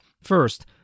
First